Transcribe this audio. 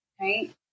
right